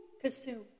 consume